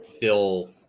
fill